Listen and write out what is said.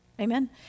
Amen